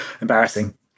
embarrassing